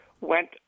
went